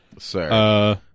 Sir